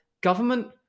government